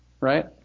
Right